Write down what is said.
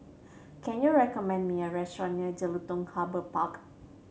can you recommend me a restaurant near Jelutung Harbour Park